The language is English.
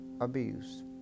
abuse